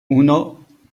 uno